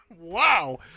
Wow